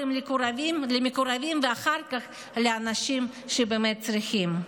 קודם למקורבים ואחר כך לאנשים שבאמת צריכים.